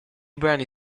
brani